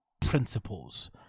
principles